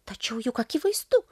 tačiau juk akivaizdu